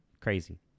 Crazy